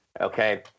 okay